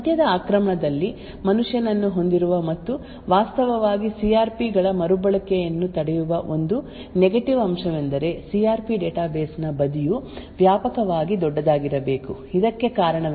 ಮಧ್ಯದ ಆಕ್ರಮಣದಲ್ಲಿ ಮನುಷ್ಯನನ್ನು ಹೊಂದಿರುವ ಮತ್ತು ವಾಸ್ತವವಾಗಿ ಸಿ ಆರ್ ಪಿ ಗಳ ಮರುಬಳಕೆಯನ್ನು ತಡೆಯುವ ಒಂದು ನೆಗೆಟಿವ್ ಅಂಶವೆಂದರೆ ಸಿ ಆರ್ ಪಿ ಡೇಟಾಬೇಸ್ ನ ಬದಿಯು ವ್ಯಾಪಕವಾಗಿ ದೊಡ್ಡದಾಗಿರಬೇಕು ಇದಕ್ಕೆ ಕಾರಣವೆಂದರೆ ಸಿ ಆರ್ ಪಿ ಕೋಷ್ಟಕಗಳನ್ನು ಸಾಮಾನ್ಯವಾಗಿ ತಯಾರಿಸುವ ಸಮಯದಲ್ಲಿ ಅಥವಾ ಸಾಧನವನ್ನು ತುಂಬುವ ಮೊದಲು ರಚಿಸಲಾಗಿದೆ